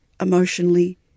emotionally